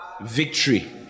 victory